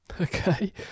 Okay